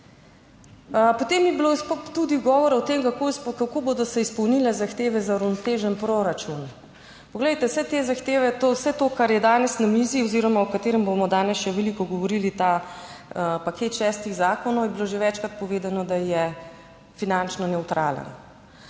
Potem je bilo tudi govora o tem, kako bodo se izpolnile zahteve za uravnotežen proračun. Poglejte, vse te zahteve, vse to kar je danes na mizi oziroma o katerem bomo danes še veliko govorili, ta paket šestih zakonov je bilo že večkrat povedano, da je finančno nevtralen.